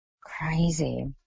Crazy